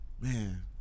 Man